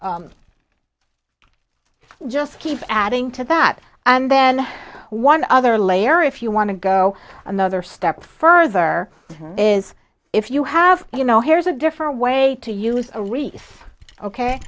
i just keep adding to that and then one other layer if you want to go another step further is if you have you know here's a different way to use a wre